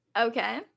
okay